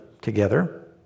together